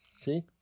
See